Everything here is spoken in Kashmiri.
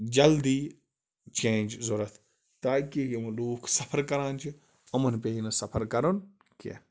جلدی چینٛج ضوٚرتھ تاکہِ یِم لوٗکھ سَفَر کَران چھِ یِمَن پے ہینہٕ سَفَر کَرُن کیٚنٛہہ